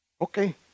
Okay